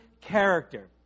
character